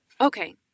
okay